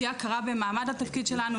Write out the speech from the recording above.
שתהיה הכרה במעמד התפקיד שלנו.